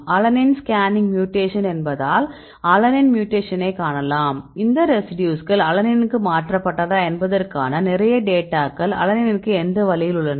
alanine scanning mutation என்பதால் alanine மியூடேக்ஷனை காணலாம் இந்த ரெசிடியூஸ்கள் அலனினுக்கு மாற்றப்பட்டதா என்பதற்கான நிறைய டேட்டாக்கள் அலனைனுக்கு எந்த வழியில் உள்ளது